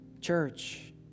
church